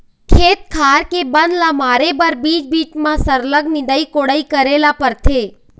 खेत खार के बन ल मारे बर बीच बीच म सरलग निंदई कोड़ई करे ल परथे